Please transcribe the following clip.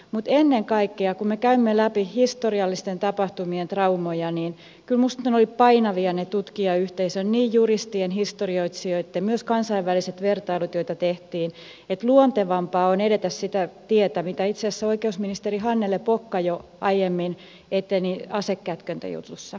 mutta ennen kaikkea kun me käymme läpi historiallisten tapahtumien traumoja niin kyllä minusta ne olivat painavia ne tutkijayhteisön niin juristien historioitsijoitten näkemykset myös kansainväliset vertailut joita tehtiin niin että luontevampaa on edetä sitä tietä mitä itse asiassa oikeusministeri hannele pokka jo aiemmin eteni asekätkentäjutussa